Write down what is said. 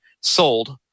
sold